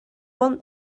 want